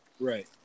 right